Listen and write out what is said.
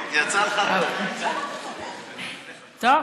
טוב,